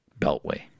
beltway